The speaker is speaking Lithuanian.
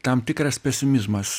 tam tikras pesimizmas